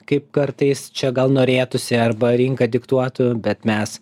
kaip kartais čia gal norėtųsi arba rinka diktuotų bet mes